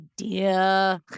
idea